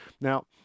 now